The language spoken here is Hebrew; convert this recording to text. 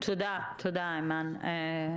תודה, אימאן.